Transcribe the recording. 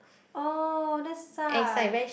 oh that's suck